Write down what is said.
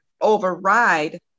override